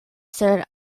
sur